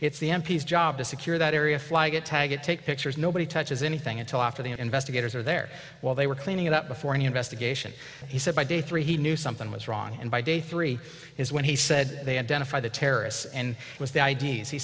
it's the m p s job to secure that area flag a tag and take pictures nobody touches anything until after the investigators are there while they were cleaning it up before any investigation he said by day three he knew something was wrong and by day three is when he said they had the terrorists and it was the i